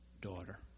daughter